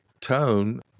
tone